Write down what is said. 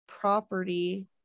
property